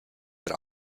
that